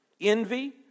envy